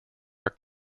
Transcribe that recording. are